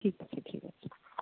ঠিক আছে ঠিক আছে